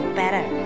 better